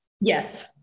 Yes